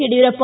Yediyurappa